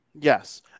Yes